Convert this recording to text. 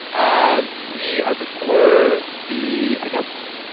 ah we are before the, i guess,